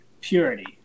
purity